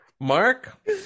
Mark